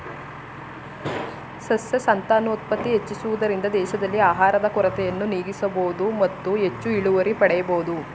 ಸಸ್ಯ ಸಂತಾನೋತ್ಪತ್ತಿ ಹೆಚ್ಚಿಸುವುದರಿಂದ ದೇಶದಲ್ಲಿ ಆಹಾರದ ಕೊರತೆಯನ್ನು ನೀಗಿಸಬೋದು ಮತ್ತು ಹೆಚ್ಚು ಇಳುವರಿ ಪಡೆಯಬೋದು